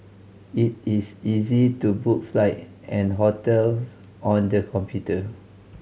it is easy to book flight and hotel on the computer